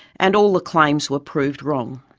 and all the claims were proved wrong.